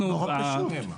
נורא פשוט.